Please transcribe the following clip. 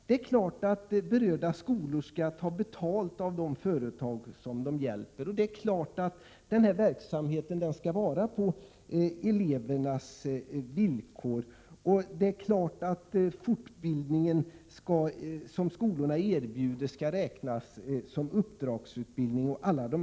Det är klart att berörda skolor skall ta betalt av de företag som de hjälper, det är klart att denna verksamhet skall bedrivas på elevernas villkor, och det är klart att den fortbildning som skolorna erbjuder skall räknas som uppdragsutbildning.